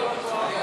כהצעת הוועדה,